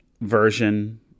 version